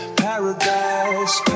paradise